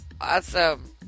Awesome